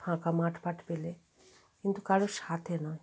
ফাঁকা মাঠ ফাট পেলে কিন্তু কারোর সাথে নয়